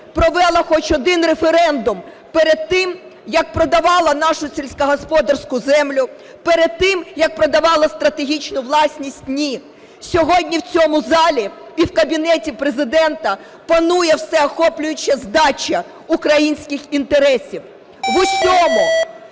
провела хоч один референдум, перед тим як продавала нашу сільськогосподарську землю, перед тим, як продавала стратегічну власність? Ні. Сьогодні в цьому залі і в кабінеті Президента панує всеохоплююча здача українських інтересів. В усьому